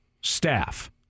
staff